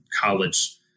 college